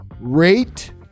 rate